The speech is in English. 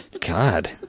God